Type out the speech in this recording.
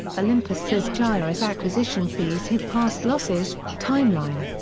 olympus says gyrus acquisition fees hid past losses timeline.